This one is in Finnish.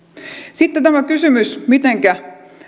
sitten tämä kysymys mitenkä